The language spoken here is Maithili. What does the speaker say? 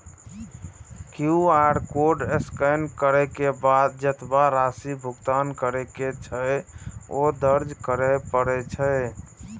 क्यू.आर कोड स्कैन करै के बाद जेतबा राशि भुगतान करै के छै, ओ दर्ज करय पड़ै छै